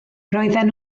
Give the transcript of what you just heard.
roedden